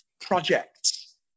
projects